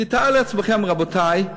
תתארו לעצמכם, רבותי,